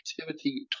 activity